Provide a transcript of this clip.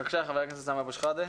בבקשה, חבר הכנסת סמי אבו שחאדה.